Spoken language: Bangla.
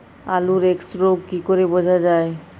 আলুর এক্সরোগ কি করে বোঝা যায়?